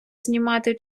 знімати